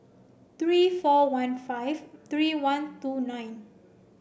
three four one five three one two nine